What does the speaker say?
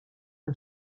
een